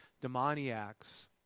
demoniacs